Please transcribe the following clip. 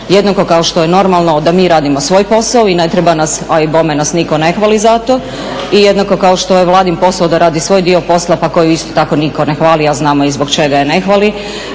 jednako kao što je normalno da mi radimo svoj posao i ne treba nas, a i bome nas niko ne hvali za to, i jednako kao što je Vladin posao da radi svoj dio posla, pa koji isto tako niko ne hvali a znamo i zbog čega je ne hvali.